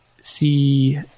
see